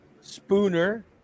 Spooner